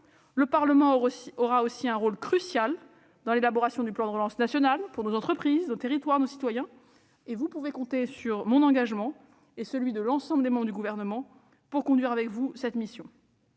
européen aura aussi un rôle crucial à jouer dans l'élaboration du plan de relance national pour nos entreprises, nos territoires et nos citoyens. Vous pouvez compter sur mon engagement et sur celui de l'ensemble des membres du Gouvernement pour conduire avec vous cette mission.